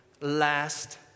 last